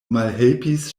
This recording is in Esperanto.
malhelpis